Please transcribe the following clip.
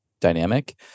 dynamic